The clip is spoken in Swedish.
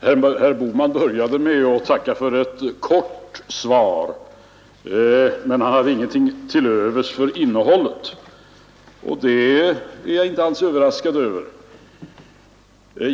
Herr talman! Herr Bohman började med att tacka för ett kort svar, men han hade ingenting till övers för innehållet, och det är jag inte alls överraskad över.